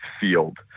field